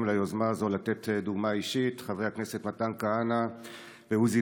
ליוזמה הזאת לתת דוגמה אישית: חברי הכנסת מתן כהנא ועוזי